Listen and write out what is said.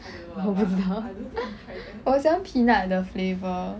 我不知道我喜欢 peanut 的 flavour